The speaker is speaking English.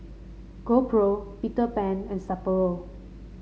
GoPro Peter Pan and Sapporo